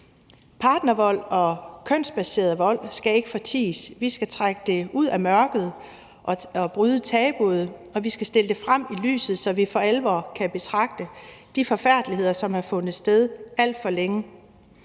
Partnervold og kønsbaseret vold skal ikke forties. Vi skal trække det ud af mørket og bryde tabuet, og vi skal stille det frem i lyset, så vi for alvor kan betragte de forfærdeligheder, som har fundet sted alt for længe.